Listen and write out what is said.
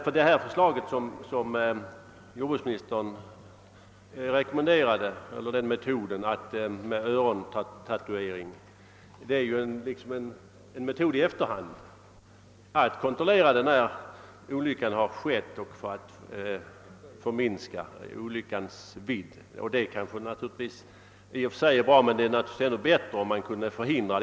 Den metod med örontatuering som jordbruksministern rekommenderade är ju liksom något som kommer in i efterhand för att göra en kontroll när olyckan har skett och minska olyckans vidd. Det kan i och för sig vara bra, men det är ju ännu bättre om olyckorna kan förhindras.